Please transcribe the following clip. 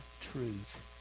truth